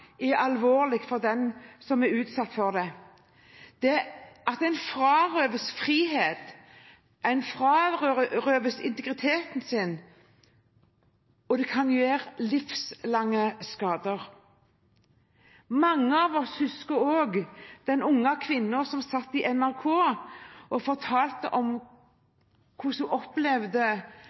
er alvorlig for den som blir utsatt for det. En frarøves friheten og integriteten sin, og det kan gi livslange skader. Mange av oss husker den unge kvinnen som var på NRK og fortalte om hvordan hun opplevde